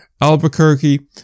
Albuquerque